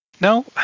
No